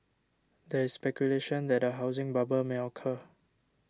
there is speculation that a housing bubble may occur